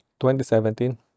2017